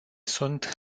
sunt